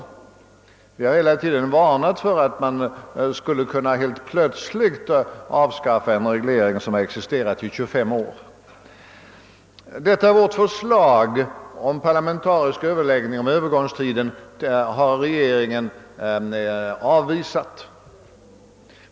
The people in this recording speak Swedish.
Vi har hela tiden varnat för att man helt plötsligt skulle avskaffa en reglering som existerat i tjugofem år. Detta vårt förslag om en parlamentarisk överläggning om Övergångstiden har regeringen avvisat.